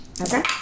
Okay